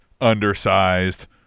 undersized